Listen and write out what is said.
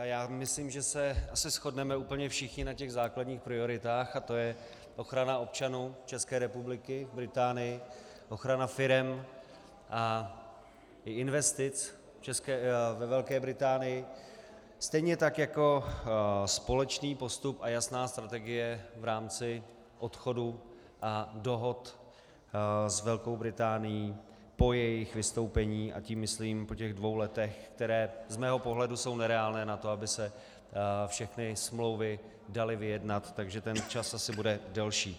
Já myslím, že se asi shodneme úplně všichni na těch základních prioritách, a to je ochrana občanů České republiky v Británii, ochrana firem a investic ve Velké Británii, stejně tak jako společný postup a jasná strategie v rámci odchodu a dohod s Velkou Británií po jejich vystoupení, a tím myslím po těch dvou letech, která z mého pohledu jsou nereálná na to, aby se všechny smlouvy daly vyjednat, takže ten čas asi bude delší.